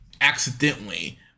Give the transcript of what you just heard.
accidentally